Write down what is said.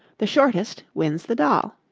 the shortest wins the doll.